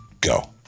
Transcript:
go